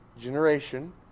generation